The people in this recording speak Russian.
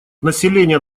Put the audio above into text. население